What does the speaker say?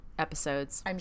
episodes